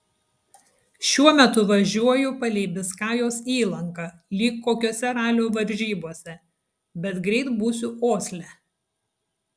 šiuo metu važiuoju palei biskajos įlanką lyg kokiose ralio varžybose bet greit būsiu osle